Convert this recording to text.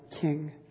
King